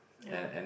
ya lor